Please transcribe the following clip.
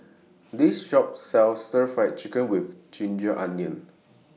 This Shop sells Stir Fry Chicken with Ginger Onions